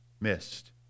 missed